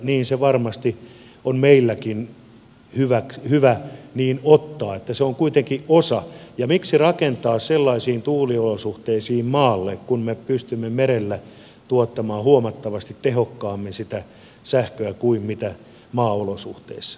niin se varmasti on meilläkin hyvä ottaa että se on kuitenkin osa ja miksi rakentaa sellaisiin tuuliolosuhteisiin maalle kun me pystymme merellä tuottamaan huomattavasti tehokkaammin sitä sähköä kuin mitä maaolosuhteissa